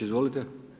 Izvolite.